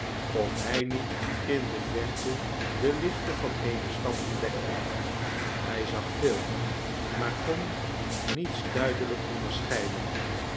of hij niet in de verte de lichten van eene stad ontdekte hij zag veel maar kon niets duidelijk onderscheiden